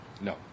No